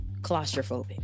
claustrophobic